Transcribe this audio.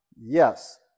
Yes